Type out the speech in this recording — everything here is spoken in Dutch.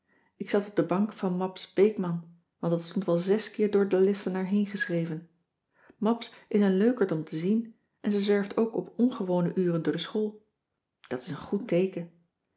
ik zat op de bank van mabs beekman want dat stond wel zes keer door den lessenaar heen geschreven mabs is een leukerd om te zien en ze zwerft ook op ongewone uren door de school dat is een goed teeken